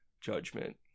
judgment